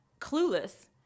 clueless